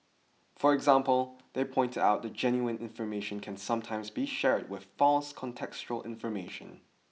for example they pointed out that genuine information can sometimes be shared with false contextual information